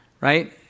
Right